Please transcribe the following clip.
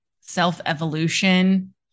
self-evolution